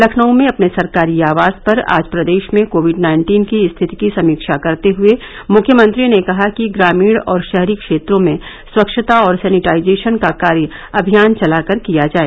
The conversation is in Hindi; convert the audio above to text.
लखनऊ में अपने सरकारी आवास पर आज प्रदेश में कोविड नाइन्टीन की स्थिति की समीक्षा करते हुए मुख्यमंत्री ने कहा कि ग्रामीण और शहरी क्षेत्रों में स्वच्छता और सैनिटाइजेशन का कार्य अभियान चलाकर किया जाए